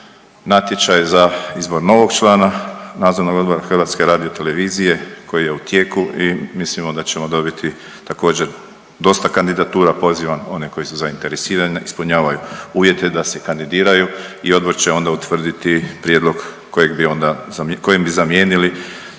natječaj za izbor novog člana Nadzornog odbora HRT-a koji je u tijeku i mislimo da ćemo dobiti također dosta kandidatura. Pozivam one koji su zainteresirani, ispunjavaju uvjete da se kandidiraju i odbor će onda utvrditi prijedlog kojeg bi onda,